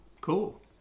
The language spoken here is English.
cool